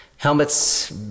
Helmets